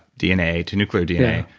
dna to nuclear dna.